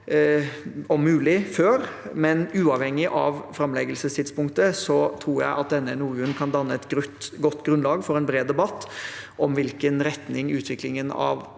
om mulig før. Uavhengig av framleggelsestidspunktet tror jeg at denne NOU-en kan danne et godt grunnlag for en bred debatt om hvilken retning utviklingen av